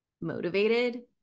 motivated